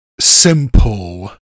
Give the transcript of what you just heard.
simple